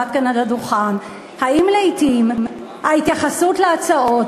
כשעמד על הדוכן: האם לעתים ההתייחסות להצעות